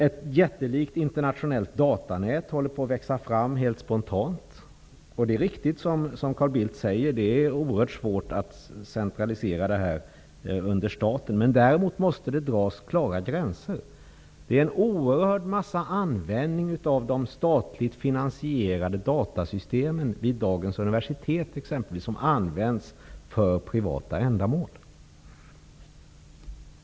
Ett jättelikt internationellt datanät håller på att växa fram helt spontant. Det är, som Carl Bildt säger, oerhört svårt att centralisera ett sådant under staten. Däremot måste det dras klara gränser. De statligt finansierade datasystemen, exempelvis vid universiteten, används i oerhört stor utsträckning för privata ändamål.